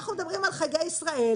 אנחנו מדברים על חגי ישראל,